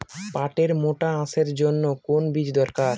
পাটের মোটা আঁশের জন্য কোন বীজ দরকার?